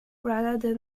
rather